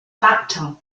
factor